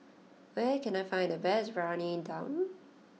where can I find the best Briyani Dum